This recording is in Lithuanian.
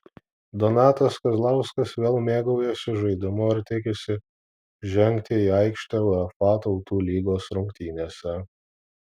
donatas kazlauskas vėl mėgaujasi žaidimu ir tikisi žengti į aikštę uefa tautų lygos rungtynėse